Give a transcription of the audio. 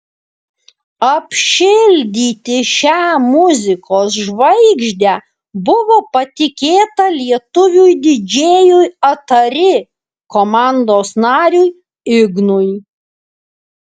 apšildyti šią muzikos žvaigždę buvo patikėta lietuviui didžėjui atari komandos nariui ignui